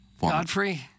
Godfrey